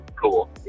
cool